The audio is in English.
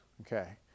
Okay